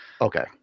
Okay